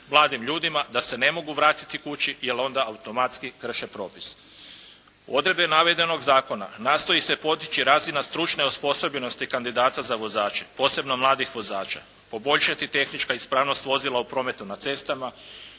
mladim ljudima da se ne mogu vratiti kući jer onda automatski krše propis. Odredbe navedenog zakona nastoji se potiči razina stručne osposobljenosti kandidata za vozače, posebno mladih vozača, poboljšati tehnička ispravnost vozila u prometu na cestama,